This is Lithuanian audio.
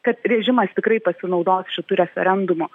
kad režimas tikrai pasinaudos šitu referendumu